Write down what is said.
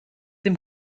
dem